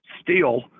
steel